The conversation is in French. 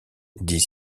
dit